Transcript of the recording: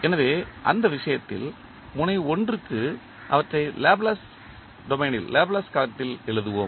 எனவே அந்த விஷயத்தில் முனை 1 க்கு அவற்றை லேப்லேஸ் களத்தில் எழுதுவோம்